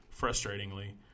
frustratingly